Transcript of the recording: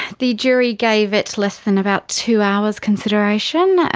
the jury gave it less than about two hours consideration.